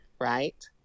right